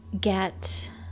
get